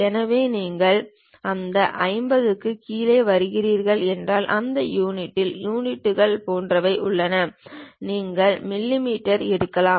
எனவே நீங்கள் அந்த 50 க்குக் கீழே வருகிறீர்கள் என்றால் அந்த யூனிட்டில் யூனிட்டுகள் போன்றவை உள்ளன நாங்கள் மிமீ எடுக்கலாம்